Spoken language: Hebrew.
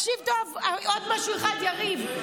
תקשיב טוב, עוד משהו אחד, יריב.